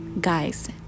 Guys